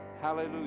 Hallelujah